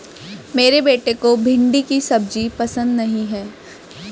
मेरे बेटे को भिंडी की सब्जी पसंद नहीं है